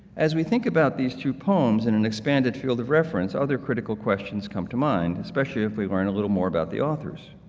as we think about these two poems in an expanded field of reference, other critical questions come to mind, especially if we weren't a little more about the authors.